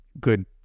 good